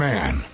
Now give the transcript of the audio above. Man